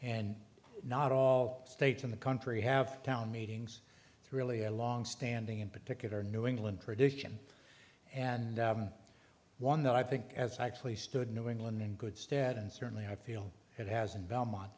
and not all states in the country have town meetings with really a longstanding and particular new england tradition and one that i think as actually stood in new england in good stead and certainly i feel it has and belmont